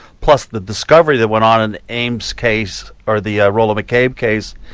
plus the discovery that went on in the eames case or the rolah mccabe case,